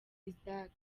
isaac